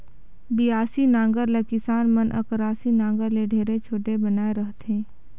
बियासी नांगर ल किसान मन अकरासी नागर ले ढेरे छोटे बनाए रहथे